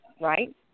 right